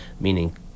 meaning